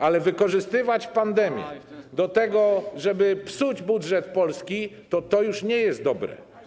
Ale wykorzystywać pandemię do tego, żeby psuć budżet Polski, to już nie jest dobrze.